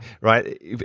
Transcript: right